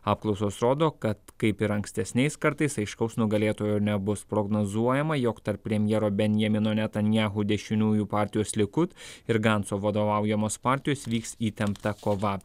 apklausos rodo kad kaip ir ankstesniais kartais aiškaus nugalėtojo nebus prognozuojama jog tarp premjero benjamino netanyahu dešiniųjų partijos likud ir ganco vadovaujamos partijos vyks įtempta kova